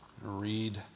read